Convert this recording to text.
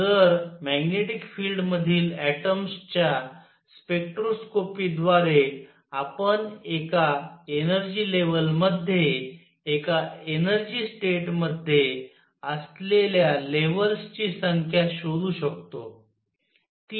तर magnetic field मधील atoms च्या स्पेक्ट्रोस्कोपीद्वारे आपण एका एनर्जी लेवल मध्ये एका एनर्जी स्टेट मध्ये असलेल्या लेव्हल्स ची संख्या शोधू शकतो